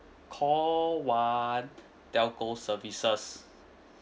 call one telco services